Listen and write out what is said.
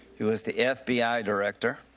he was the fbi ah director,